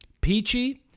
peachy